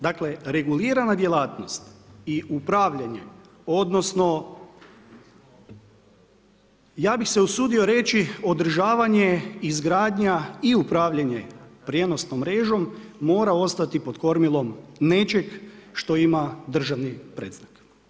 Dakle, reguliranja djelatnost i upravljanje, odnosno, ja bi se usudio reći, održavanje, izgradnja i upravljanje prijenosnom mrežom, mora ostati pod kormilom, nečeg što ima državni predznak.